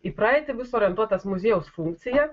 į praeitį bus orientuotas muziejaus funkcija